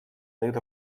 дают